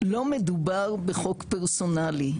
לא מדובר בחוק פרסונלי,